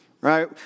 right